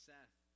Seth